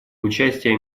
участия